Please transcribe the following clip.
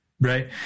Right